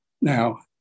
now